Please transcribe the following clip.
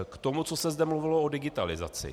K tomu, co se zde mluvilo o digitalizaci.